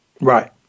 Right